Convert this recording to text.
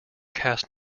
cast